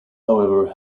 however